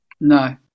no